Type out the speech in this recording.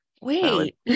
Wait